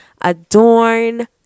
Adorn